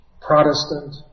Protestant